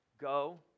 go